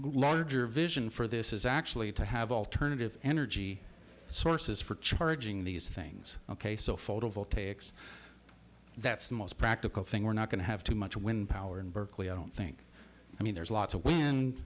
larger vision for this is actually to have alternative energy sources for charging these things ok so photovoltaics that's the most practical thing we're not going to have too much wind power in berkeley i don't think i mean there's lots of win